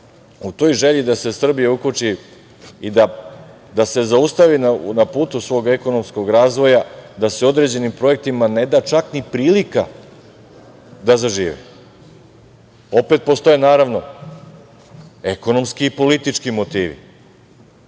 u toj želji da se Srbija ukoči i da se zaustavi na putu svog ekonomskog razvoja, da se određenim projektima ne da čak ni prilika da zažive. Opet postoje, naravno ekonomski i politički motivi.